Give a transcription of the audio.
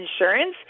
insurance